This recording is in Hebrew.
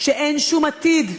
כשאין שום עתיד,